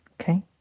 Okay